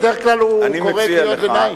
בדרך כלל הוא קורא קריאות ביניים.